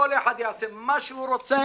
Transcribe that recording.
כל אחד יעשה מה שהוא רוצה,